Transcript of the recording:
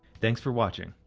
thanks for watching.